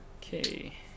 okay